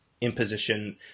imposition